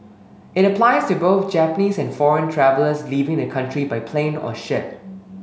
it applies to both Japanese and foreign travellers leaving the country by plane or ship